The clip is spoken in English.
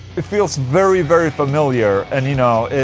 it feels very very familiar and you know,